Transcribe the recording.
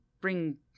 bring